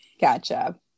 Gotcha